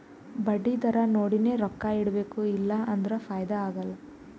ಬಡ್ಡಿ ದರಾ ನೋಡಿನೆ ರೊಕ್ಕಾ ಇಡಬೇಕು ಇಲ್ಲಾ ಅಂದುರ್ ಫೈದಾ ಆಗಲ್ಲ